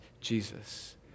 Jesus